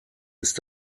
ist